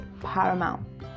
paramount